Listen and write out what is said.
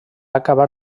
acabar